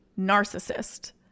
narcissist